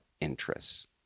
interests